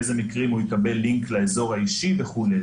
באיזה מקרים הוא יקבל לינק לאזור האישי וכולי.